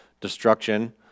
destruction